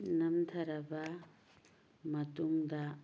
ꯅꯝꯊꯔꯕ ꯃꯇꯨꯡꯗ